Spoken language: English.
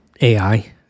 AI